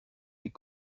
les